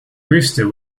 rooster